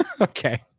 okay